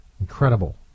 Incredible